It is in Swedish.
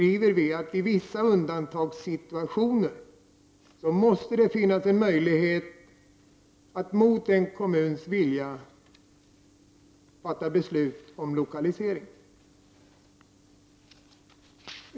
I vissa undantagssituationer måste det därför finnas möjlighet att mot en kommuns vilja fatta beslut om lokalisering.